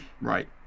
right